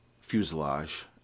fuselage